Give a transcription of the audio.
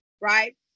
right